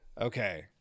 Okay